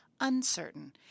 uncertain